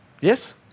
Yes